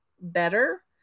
better